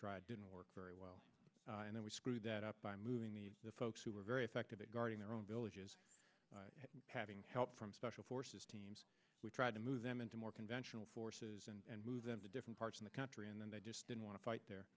tried didn't work very well and then we screwed that up by moving the folks who were very effective at guarding their own villages having help from special forces teams we tried to move them into more conventional forces and move them to different parts of the country and then they just didn't want to fight the